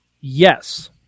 Yes